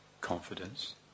confidence